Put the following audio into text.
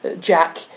Jack